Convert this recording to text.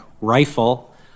rifle